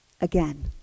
again